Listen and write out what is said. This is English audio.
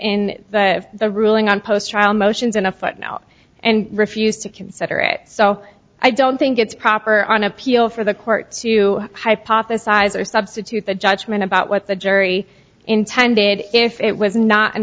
in the ruling on post trial motions in a footnote and refused to consider it so i don't think it's proper on appeal for the court to hypothesize or substitute the judgment about what the jury intended if it was not an